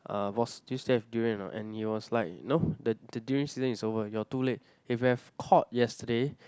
uh boss do you still have durian or not and he was like no the the durian season is over you're too late if you have called yesterday